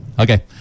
Okay